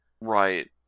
Right